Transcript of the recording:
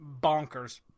bonkers